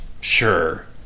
Sure